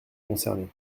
concernés